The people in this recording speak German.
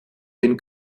den